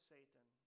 Satan